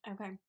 Okay